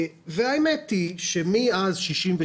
האמת היא שמאז 1967